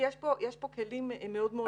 יהיה פחות עומס על הפנימית.